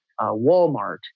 Walmart